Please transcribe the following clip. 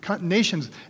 nations